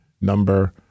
number